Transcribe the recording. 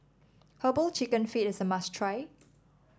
herbal chicken feet is a must try